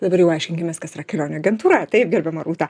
dabar jau aiškinkimės kas yra kelionių agentūra taip gerbiama rūta